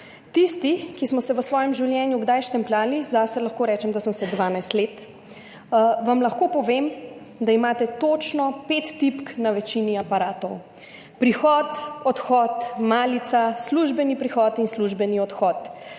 Tisti, ki smo se v svojem življenju kdaj štempljali, zase lahko rečem, da sem se 12 let, vam lahko povem, da imate točno 5 tipk na večini aparatov: prihod, odhod, malica, službeni prihod in službeni odhod.